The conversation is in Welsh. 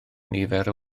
nifer